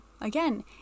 Again